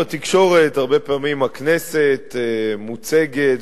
בתקשורת הרבה פעמים הכנסת מוצגת,